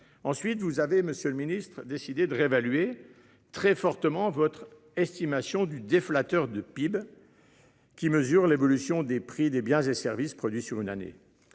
Ensuite vous avez Monsieur le Ministre, décidé de réévaluer très fortement votre estimation du déflecteur du PIB. Qui mesure l'évolution des prix des biens et services produits sur une année.